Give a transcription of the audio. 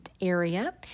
area